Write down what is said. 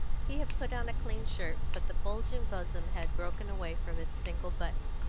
he had put on a clean shirt, but the bulging bosom had broken away from its single button,